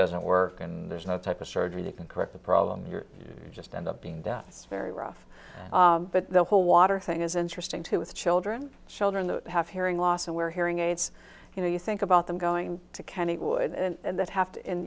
doesn't work and there's no type of surgery that can correct the problem your just end up being death's very rough but the whole water thing is interesting too with children children that have hearing loss and we're hearing aids you know you think about them going to kennywood and that have to in